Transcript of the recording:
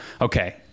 okay